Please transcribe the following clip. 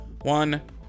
one